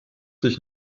dich